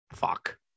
fuck